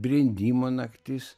brendimo naktis